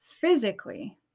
physically